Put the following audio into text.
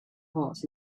heart